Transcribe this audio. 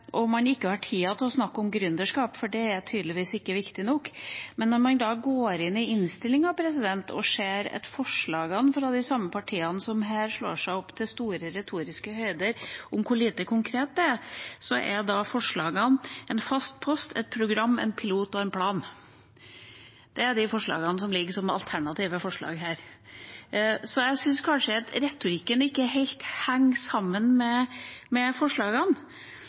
innstillinga og ser på forslagene fra de samme partiene som her slår seg opp til store retoriske høyder om hvor lite konkret det er, så er forslagene en fast post, et program, en pilot og en plan. Det er de forslagene som ligger som alternative forslag. Jeg syns kanskje ikke retorikken helt henger sammen med forslagene,